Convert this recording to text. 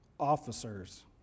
officers